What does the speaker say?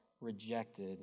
rejected